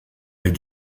est